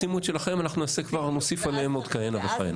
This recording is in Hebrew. שימו את שלכם, אנחנו נוסיף עליהם עוד כהנה וכהנה.